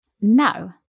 now